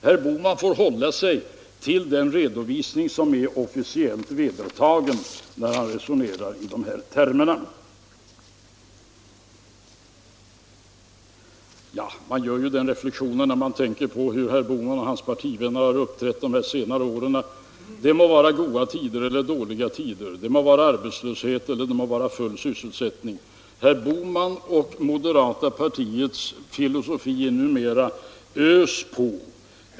Herr Bohman får hålla sig till den redovisning som är officiellt vedertagen när han resonerar i dessa termer. Man gör den reflexionen, när man tänker på hur herr Bohman och hans partivänner har uppträtt de senare åren, att det må vara goda tider eller dåliga tider, det må vara arbetslöshet eller full sysselsättning — herr Bohmans och moderata samlingspartiets filosofi är numera: Ös på!